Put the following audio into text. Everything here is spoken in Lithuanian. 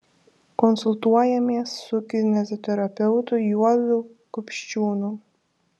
konsultuojamės su kineziterapeutu juozu kupčiūnu